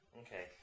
Okay